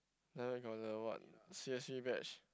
ya got the what C_F_C badge